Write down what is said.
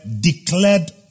declared